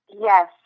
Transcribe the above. Yes